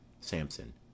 Samson